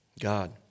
God